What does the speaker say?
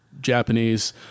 Japanese